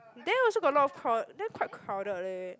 there also got a lot crowd there quite crowded leh